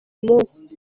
munsi